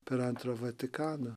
per antrą vatikaną